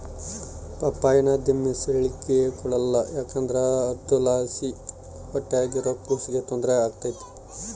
ಪಪ್ಪಾಯಿನ ದಿಮೆಂಸೇಳಿಗೆ ಕೊಡಕಲ್ಲ ಯಾಕಂದ್ರ ಅದುರ್ಲಾಸಿ ಹೊಟ್ಯಾಗಿರೋ ಕೂಸಿಗೆ ತೊಂದ್ರೆ ಆಗ್ತತೆ